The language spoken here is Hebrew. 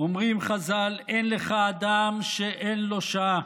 אומרים חז"ל, "אין לך אדם שאין לו שעה"